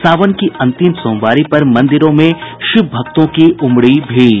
सावन की अंतिम सोमवारी पर मंदिरों में शिव भक्तों की उमड़ी भीड़